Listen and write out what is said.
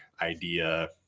idea